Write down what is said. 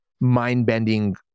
mind-bending